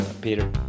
Peter